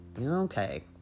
Okay